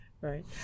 Right